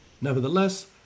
Nevertheless